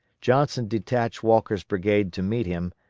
johnson detached walker's brigade to meet him,